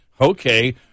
okay